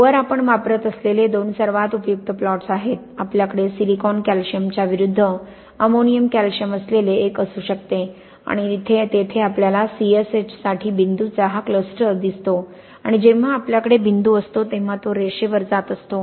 वर आपण वापरत असलेले दोन सर्वात उपयुक्त प्लॉट्स आहेत आपल्याकडे सिलिकॉन कॅल्शियमच्या विरूद्ध अमोनियम कॅल्शियम असलेले एक असू शकते आणि तेथे आपल्याला CSH साठी बिंदूंचा हा क्लस्टर दिसतो आणि जेव्हा आपल्याकडे बिंदू असतो तेव्हा तो रेषेवर जात असतो